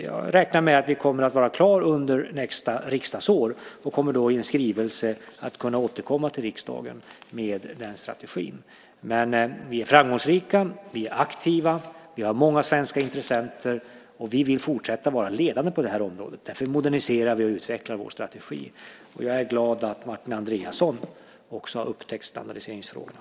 Jag räknar med att vi kommer att vara klara under nästa riksdagsår. Då kommer vi att kunna återkomma i en skrivelse till riksdagen med den strategin. Vi är framgångsrika. Vi är aktiva. Vi har många svenska intressenter. Vi vill fortsätta att vara ledande på det här området. Därför moderniserar vi och utvecklar vår strategi. Jag är glad att Martin Andreasson också har upptäckt standardiseringsfrågorna.